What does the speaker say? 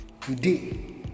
today